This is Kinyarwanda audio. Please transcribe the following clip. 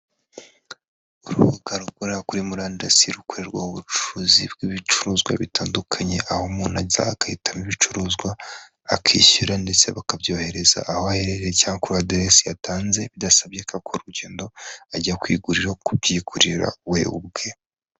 Urubuga rukora kuri murandasi rukorerwaho ubucuruzi bw'ibicuruzwa bitandukanye, aho umuntu ajya agahitamo ibicuruzwa akishyura ndetse bakabyohereza aho aherereye cyangwa aderesi yatanze bidasabye kokora urugendo ajya kwiguriro kubyigurira we ubwe.